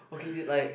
okay it like